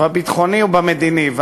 בביטחוני ובמדיני.